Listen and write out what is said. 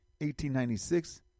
1896